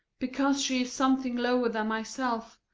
because she is something lower than myself,